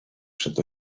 przed